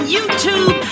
YouTube